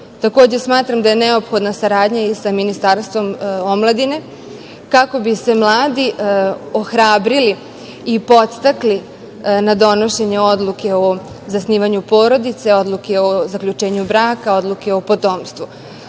smatram da je neophodna saradnja i sa Ministarstvom omladine kako bi se mladi ohrabrili i podstakli na donošenje odluke o zasnivanju porodice, odluke o zaključenju braka, odluke o potomstvu.